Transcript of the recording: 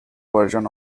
versions